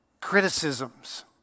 criticisms